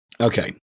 Okay